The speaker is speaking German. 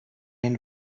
den